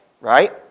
Right